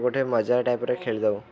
ଗୋଟେ ମଜା ଟାଇପ୍ର ଖେଳି ଦବ